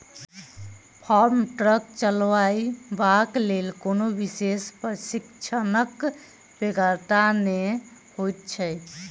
farm truck चलयबाक लेल कोनो विशेष प्रशिक्षणक बेगरता नै होइत छै